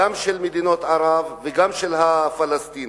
גם של מדינות ערב וגם של הפלסטינים.